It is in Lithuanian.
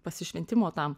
pasišventimo tam